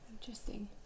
Interesting